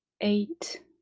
eight